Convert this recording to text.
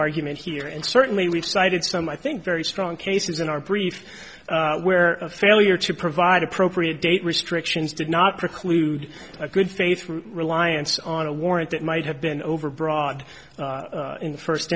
argument here and certainly we've cited some i think very strong cases in our brief where a failure to provide appropriate date restrictions did not preclude a good faith reliance on a warrant that might have been overbroad in the first